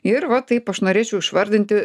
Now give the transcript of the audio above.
ir va taip aš norėčiau išvardinti